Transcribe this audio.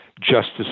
justice